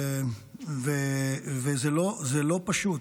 וזה לא פשוט.